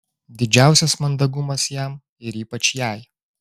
didžiausias mandagumas jam ir ypač jai